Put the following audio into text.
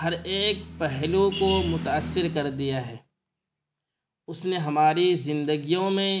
ہر ایک پہلو کو متاثر کر دیا ہے اس نے ہماری زندگیوں میں